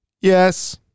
Yes